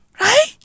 right